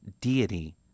deity